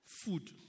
food